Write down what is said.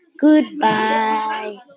Goodbye